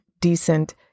decent